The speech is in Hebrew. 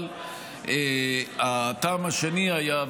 אבל הטעם השני היה,